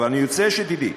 אבל אני רוצה שתדעי,